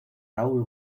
raúl